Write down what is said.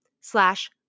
slash